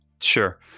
Sure